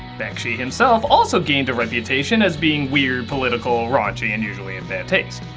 bakshi himself also gained a reputation as being weird, political, raunchy and usually in bad taste.